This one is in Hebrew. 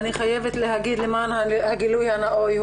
אני חייבת למען הגילוי הנאות,